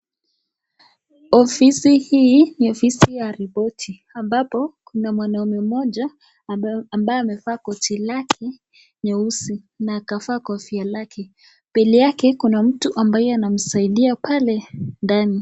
Ofisi hii ni ofisi ya ripoti ambapo kuna mwanaume mmoja ambaye amevaa koti lake nyeusi na akavaa kofia lake, mbele yake kuna mtu ambaye anamsaidia pale ndani.